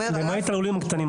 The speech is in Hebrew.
למעט הלולים הקטנים.